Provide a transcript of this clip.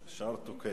אדוני היושב-ראש,